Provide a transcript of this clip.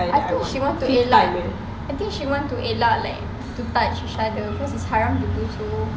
I think she want to elak I think she want to elak like to touch each other cause it's haram to do so